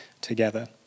together